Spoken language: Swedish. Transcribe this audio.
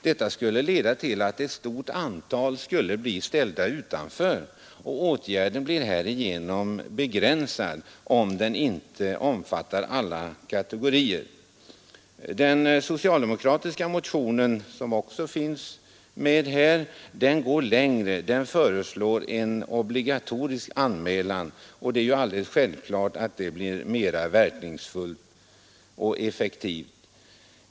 Detta skulle leda till att ett stort antal skulle bli ställda utanför. Åtgärden blir begränsad, om den inte omfattar alla kategorier. Den socialdemokratiska motionen, som också finns med här, går längre. Den föreslår en obligatorisk anmälan, och det är ju alldeles självklart att det blir mera verkningsfullt och effektivt.